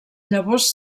llavors